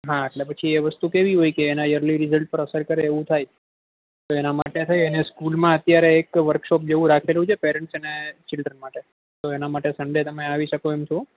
હા એટલે પછી એ વસ્તુ કેવી હોય કે એના યર્લિ રિજલ્ટ પર અસર કરે એવું થાય તો એના માટે થઈ અને સ્કૂલમાં અત્યારે એક વર્કશોપ જેવું રાખેલું છે પેરેન્ટ્સ અને ચિલ્ડ્રન માટે તો એના માટે સન્ડે તમે આવી શકો એમ છો